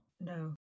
No